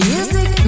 Music